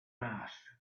mass